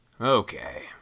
Okay